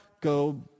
go